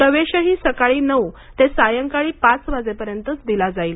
प्रवेशही सकाळी नऊ ते सायंकाळी पाच वाजेपर्यंतच दिला जाईल